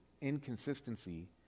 inconsistency